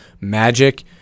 magic